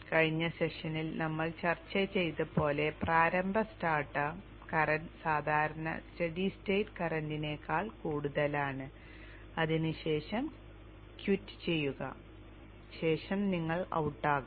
കഴിഞ്ഞ സെഷനിൽ നമ്മൾ ചർച്ച ചെയ്തതുപോലെ പ്രാരംഭ സ്റ്റാർട്ടർ കറന്റ് സാധാരണ സ്റ്റഡി സ്റ്റേറ്റ് കറന്റിനേക്കാൾ കൂടുതലാണ് ഇതിനുശേഷം ക്വിറ്റ് ചെയ്യുക ശേഷം നിങ്ങൾ ഔട്ടാകും